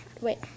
wait